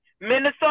Minnesota